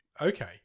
Okay